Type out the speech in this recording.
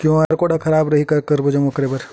QR code हा खराब रही का करबो जमा बर?